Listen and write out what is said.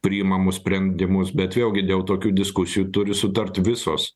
priimamus sprendimus bet vėlgi dėl tokių diskusijų turi sutarti visos